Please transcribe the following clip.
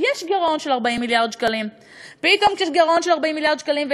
יש גירעון של 40 מיליארד שקלים.